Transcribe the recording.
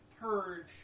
purge